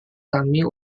kami